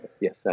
Yes